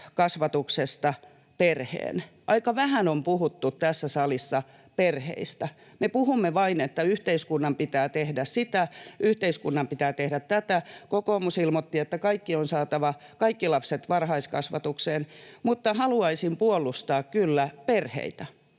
kasvatuksesta perheen. Aika vähän on puhuttu tässä salissa perheistä. Me puhumme vain, että yhteiskunnan pitää tehdä sitä, yhteiskunnan pitää tehdä tätä. Kokoomus ilmoitti, että on saatava kaikki lapset varhaiskasvatukseen. Mutta haluaisin puolustaa kyllä perheitä.